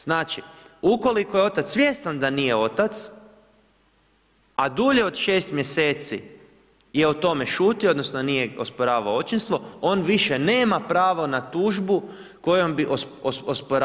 Znači, ukoliko je otac svjestan da nije otac, a dulje od 6 mj. je o tome šutio, odnosno nije osporavao očinstvo, on više nema pravo na tužbu kojom bi osporavao.